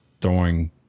throwing